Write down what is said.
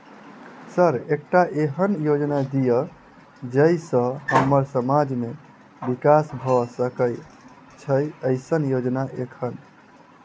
Sir एकटा एहन योजना दिय जै सऽ हम्मर समाज मे विकास भऽ सकै छैय एईसन योजना एखन?